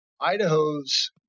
Idaho's